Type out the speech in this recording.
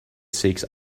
seeks